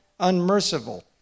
unmerciful